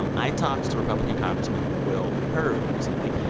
um i talked to republican congressman will hurd recently.